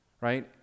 right